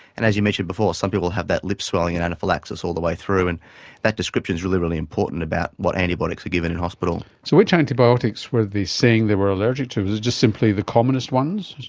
and as you mentioned before, some people had that lip swelling and anaphylaxis all the way through, and that description is really, really important about what antibiotics are given in hospital. so which antibiotics were they saying they were allergic to? was it just simply the commonest ones